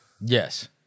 Yes